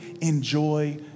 enjoy